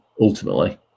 ultimately